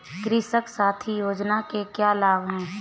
कृषक साथी योजना के क्या लाभ हैं?